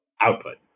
output